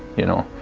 you know